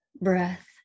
breath